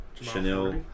Chanel